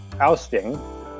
ousting